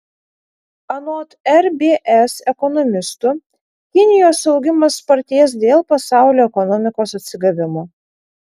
anot rbs ekonomistų kinijos augimas spartės dėl pasaulio ekonomikos atsigavimo